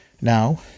Now